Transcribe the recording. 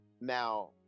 now